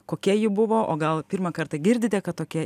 kokia ji buvo o gal pirmą kartą girdite kad tokia